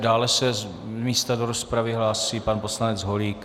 Dále se z místa do rozpravy hlásí pan poslanec Holík.